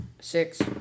Six